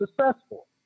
successful